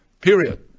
period